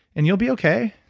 and you'll be okay.